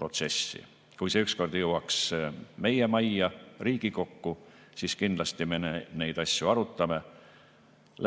Kui see teeme ükskord jõuab meie majja, Riigikokku, siis kindlasti me neid asju arutame,